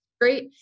great